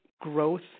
growth